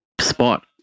spot